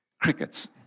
crickets